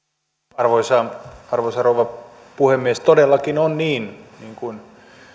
arvoisa arvoisa rouva puhemies todellakin on niin niin kuin